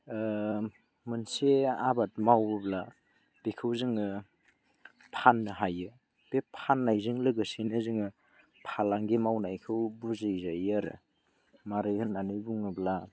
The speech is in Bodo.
मोनसे आबाद मावोब्ला बेखौ जोङो फाननो हायो बे फाननायजों लोगोसेनो जोङो फालांगि मावनायखौ बुजिनो हायो आरो मारै होननानै बुङोब्ला